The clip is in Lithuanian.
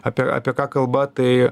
apie apie ką kalba tai